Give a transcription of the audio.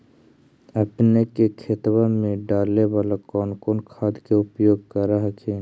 अपने के खेतबा मे डाले बाला कौन कौन खाद के उपयोग कर हखिन?